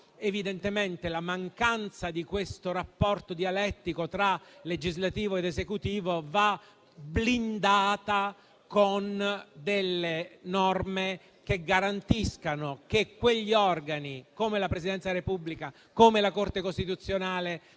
Evidentemente la mancanza di questo rapporto dialettico tra legislativo ed esecutivo va blindata con delle norme che garantiscano che quegli organi, come la Presidenza della Repubblica e la Corte costituzionale,